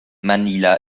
manila